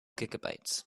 gigabytes